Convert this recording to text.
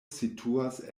situas